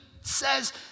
says